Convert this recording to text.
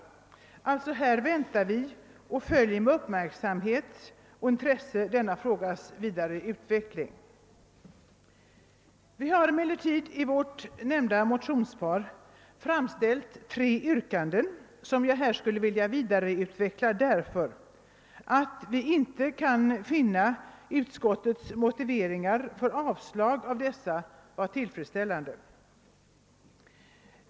Vi väntar alltså och följer med uppmärksamhet och intresse denna frågas vidare utveckling. ; Vi har emellertid i vårt nämnda motionspar framställt tre yrkanden, som jag här skulle vilja vidareutveckla, eftersom vi inte finner utskottets motiveringar för sitt yrkande om avslag på motionerna tillfredsställande.